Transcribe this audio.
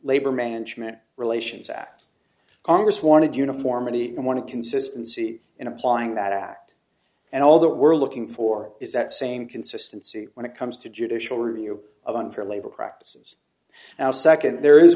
labor management relations at congress wanted uniformity and one of consistency in applying that act and all that we're looking for is that same consistency when it comes to judicial review of unfair labor practices now second there is